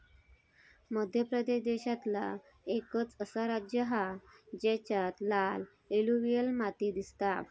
मध्य प्रदेश देशांतला एकंच असा राज्य हा जेच्यात लाल एलुवियल माती दिसता